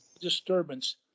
disturbance